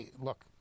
look